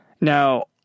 Now